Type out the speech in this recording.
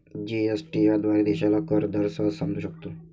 GST याद्वारे देशाला कर दर सहज समजू शकतो